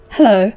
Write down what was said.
Hello